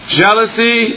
jealousy